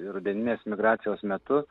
rudeninės migracijos metu